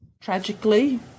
Tragically